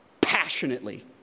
passionately